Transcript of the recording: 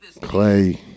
Clay